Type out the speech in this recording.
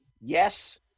Yes